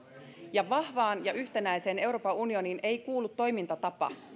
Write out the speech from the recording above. ja vahvaan ja yhtenäiseen euroopan unioniin ei kuulu toimintatapa